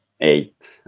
Eight